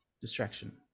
distraction